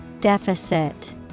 Deficit